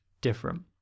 different